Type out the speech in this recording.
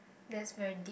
that's very deep